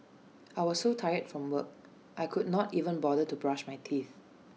I was so tired from work I could not even bother to brush my teeth